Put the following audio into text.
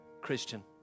Christian